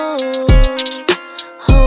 Hold